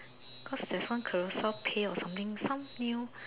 cause there's one Carousell pay or something some new